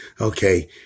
Okay